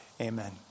Amen